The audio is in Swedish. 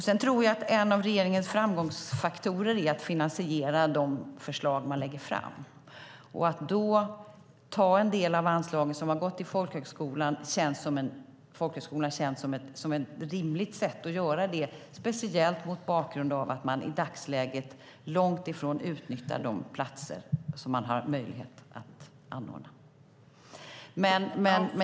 Jag tror att en av regeringens framgångsfaktorer är att finansiera de förslag man lägger fram. Att då ta en del av de anslag som har gått till folkhögskolorna känns som ett rimligt sätt att göra det, speciellt mot bakgrund av att man i dagsläget långt ifrån utnyttjar alla de platser som man har möjlighet att anordna.